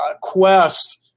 quest